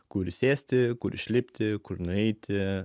kur sėsti kur išlipti kur nueiti